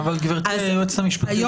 אבל גברתי היועצת המשפטית,